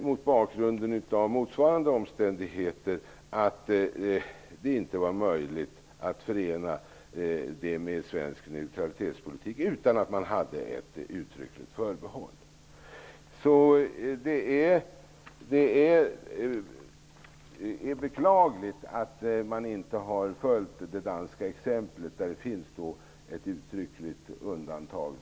Mot bakgrund av motsvarande omständigheter ansåg han att det inte var möjligt att förena det här med svensk neutralitetspolitik utan ett uttryckligt förbehåll. Det är beklagligt att man inte har följt det danska exemplet, där det finns ett uttryckligt fördrag.